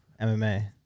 MMA